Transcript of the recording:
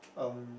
um